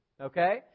okay